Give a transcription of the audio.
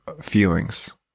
feelings